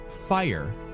FIRE